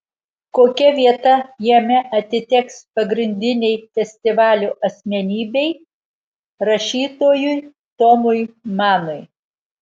kokia vieta jame atiteks pagrindinei festivalio asmenybei rašytojui tomui manui